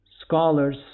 Scholars